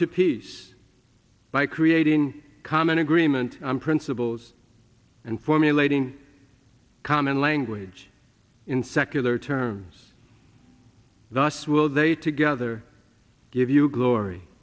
to peace by creating common agreement on principles and formulating a common language in secular terms the us will they together give you glory